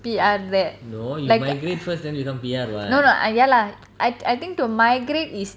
P_R there like no no ah ya lah I I think to migrate is